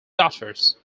daughters